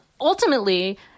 ultimately